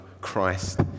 Christ